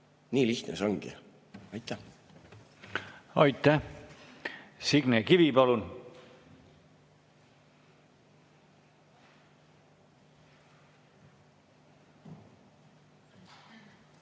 Nii lihtne see ongi. Aitäh! Aitäh! Signe Kivi, palun!